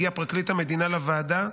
הגיע פרקליט המדינה לוועדה,